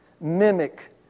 mimic